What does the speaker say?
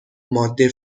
ماده